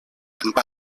amb